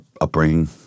upbringing